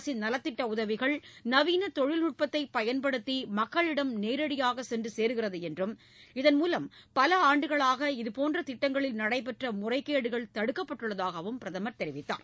அரசின் நலத்திட்ட உதவிகள் நவீன தொழில்நுட்பத்தை பயன்படுத்தி மக்களின் வங்கிக் கணக்குக்கு நேரடியாக சென்று சேருகிறது என்றும் இதன்மூலம் பல ஆண்டுகளாக இதுபோன்ற திட்டங்களில் நடைபெற்ற முறைகேடுகள் தடுக்கப்பட்டுள்ளதாகவும் பிரதமர் தெரிவித்தார்